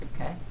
okay